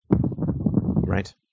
right